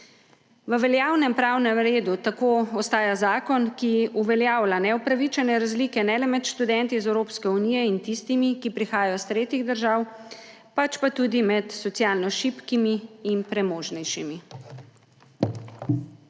V veljavnem pravnem redu tako ostaja zakon, ki uveljavlja neupravičene razlike ne le med študenti iz Evropske unije in tistimi, ki prihajajo iz tretjih držav, pač pa tudi med socialno šibkimi in premožnejšimi.